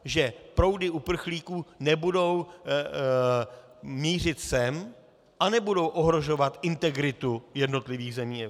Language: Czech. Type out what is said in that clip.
Že proudy uprchlíků nebudou mířit sem a nebudou ohrožovat integritu jednotlivých zemí Evropy.